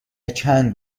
چند